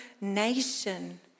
nation